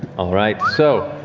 all right, so,